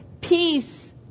peace